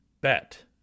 bet